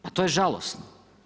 Pa to je žalosno.